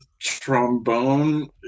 trombone